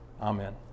Amen